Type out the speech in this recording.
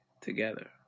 together